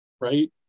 right